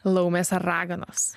laumės ar raganos